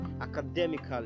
academically